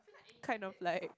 kind of like